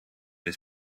his